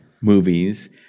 movies